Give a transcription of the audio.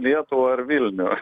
lietuvą ar vilnių